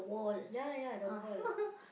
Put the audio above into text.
ya ya the hole